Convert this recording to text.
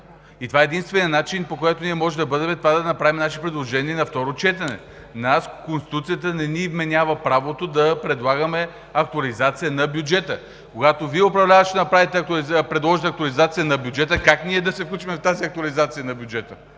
Това е единственият начин – да направим наши предложения на второ четене. Конституцията не ни вменява правото да предлагаме актуализация на бюджета. Когато Вие, управляващите, предложите актуализация на бюджета, как ние да се включим в тази актуализация на бюджета?